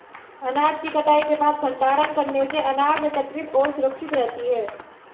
अनाज की कटाई के बाद भंडारण करने से अनाज एकत्रितऔर सुरक्षित रहती है